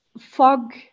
fog